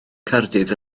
caerdydd